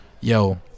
yo